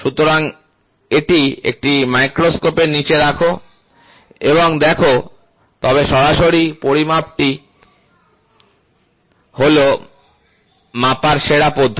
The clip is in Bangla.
সুতরাং এটি একটি মাইক্রোস্কোপের নীচে রাখ এবং দেখ তবে সরাসরি পরিমাপটি হলো মাপার সেরা পদ্ধতি